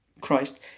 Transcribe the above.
Christ